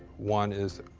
one is,